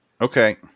Okay